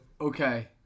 okay